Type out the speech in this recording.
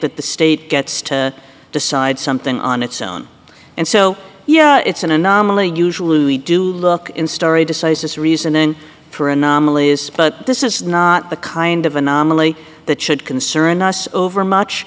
that the state gets to decide something on its own and so yeah it's an anomaly usually do look in story decisis reasoning for anomalies but this is not the kind of anomaly that should concern us overmuch